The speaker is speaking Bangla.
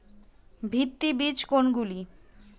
ভিত্তি বীজ কোনগুলি?